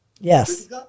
Yes